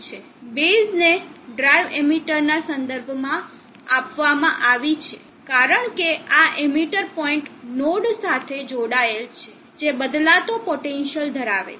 base ને drive એમીટરના સંદર્ભમાં આપવામાં આવી છે કારણ કે આ એમીટર પોઈન્ટ નોડ સાથે જોડાયેલ છે જે બદલાતો પોટેન્સિઅલ ધરાવે છે